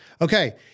Okay